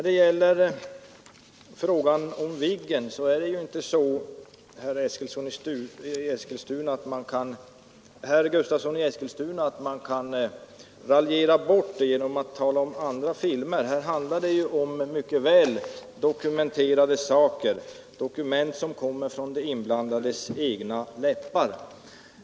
Beträffande Viggen, herr Gustavsson i Eskilstuna, kan man inte radera bort fakta genom att tala om andra filmer. Här handlar det ju om mycket väldokumenterade saker, dokument som kommer från de inblandades egna läppar.